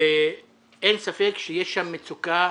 אין ספק שיש שם מצוקה